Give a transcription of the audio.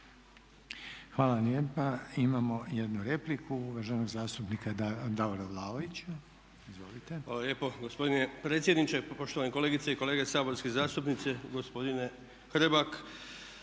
Hvala lijepa. Imamo jednu repliku uvaženog zastupnika Davora Vlaovića. **Vlaović, Davor (HSS)** Hvala lijepa gospodine predsjedniče. Pa poštovane kolegice i kolege saborski zastupnici, gospodine Hrebak